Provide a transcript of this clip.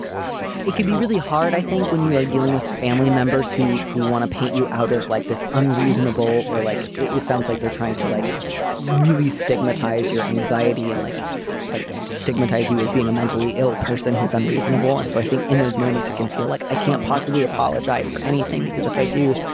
it can be really hard, i think, when you are dealing with family members who who want to paint you out as like this unreasonable or like it sounds like they're trying to like really stigmatize your anxiety and like like stigmatize you as being a mentally ill person who's unreasonable. and so i think in those moments it can feel like i can't possibly apologize for anything, because if i do,